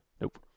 Nope